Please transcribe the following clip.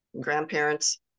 grandparents